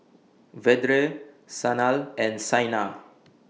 Vedre Sanal and Saina